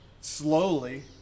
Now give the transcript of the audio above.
slowly